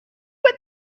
but